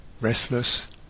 restless